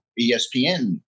ESPN